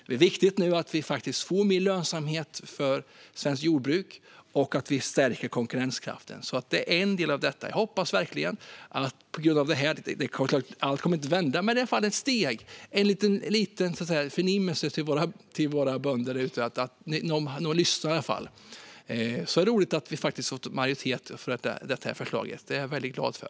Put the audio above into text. Det är viktigt nu att vi får mer lönsamhet för svenskt jordbruk och att vi stärker konkurrenskraften. Det är en del av detta. Jag hoppas verkligen det. Det är klart att allt inte kommer att vända, men det är i alla fall ett steg, en liten förnimmelse till våra bönder där ute om att någon lyssnar. Det är roligt att vi har fått majoritet för detta förslag. Det är jag väldigt glad för.